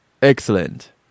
Excellent